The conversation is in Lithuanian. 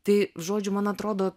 tai žodžiu man atrodo